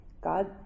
God